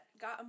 got